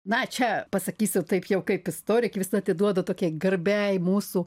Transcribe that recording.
na čia pasakysiu taip jau kaip istorikė visa atiduodu tokiai garbiai mūsų